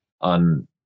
on